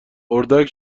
اردک